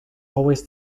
always